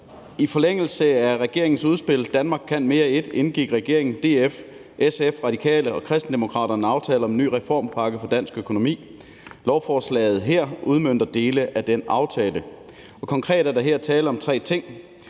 I forlængelse af regeringens udspil »Danmark kan mere I« indgik regeringen, DF, SF, Radikale og Kristendemokraterne en aftale om en ny reformpakke for dansk økonomi. Lovforslaget her udmønter dele af den aftale. Konkret er der her tale om tre ting.